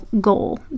goal